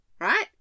right